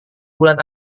bulan